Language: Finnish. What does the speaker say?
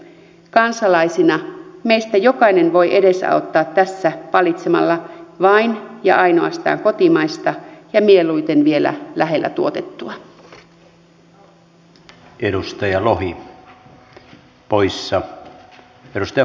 kansalaisina meistä jokainen voi edesauttaa tässä valitsemalla vain ja ainoastaan kotimaista ja mieluiten vielä lähellä tuotettua